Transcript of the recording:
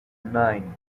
nine